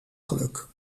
geluk